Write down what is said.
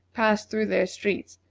passed through their streets,